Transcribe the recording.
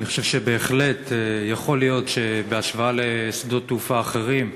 אני חושב שבהחלט יכול להיות שבהשוואה לשדות תעופה אחרים,